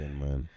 man